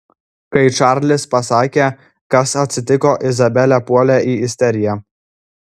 kai čarlis pasakė kas atsitiko izabelė puolė į isteriją